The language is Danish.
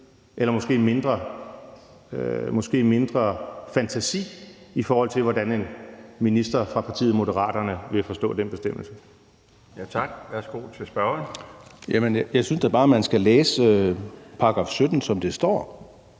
eller måske mindre fantasi, i forhold til hvordan en minister fra partiet Moderaterne vil forstå den bestemmelse.